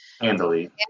Handily